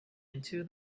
into